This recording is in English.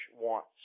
wants